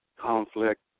conflict